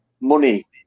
money